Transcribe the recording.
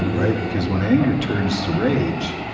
right? because when anger turns to rage,